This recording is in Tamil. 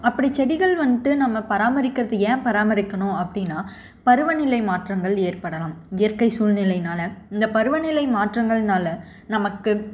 அப்படி செடிகள் வந்துட்டு நம்ம பராமரிக்கிறது ஏன் பராமரிக்கணும் அப்படின்னா பருவ நிலை மாற்றங்கள் ஏற்படலாம் இயற்கை சூழ்நிலையினால் இந்த பருவநிலை மாற்றங்கள்னால நமக்கு